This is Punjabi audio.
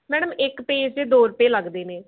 ਮੈਡਮ ਇੱਕ ਪੇਜ ਦੇ ਦੋ ਰੁਪਏ ਲੱਗਦੇ ਨੇ